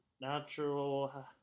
natural